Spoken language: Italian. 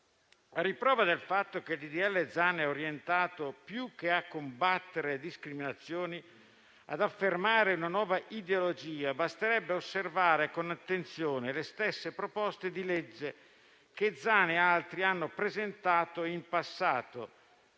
A riprova del fatto che il disegno di legge Zan è orientato, più che a combattere le discriminazioni, ad affermare una nuova ideologia, basterebbe osservare con attenzione le stesse proposte di legge che l'onorevole Zan e altri hanno presentato in passato,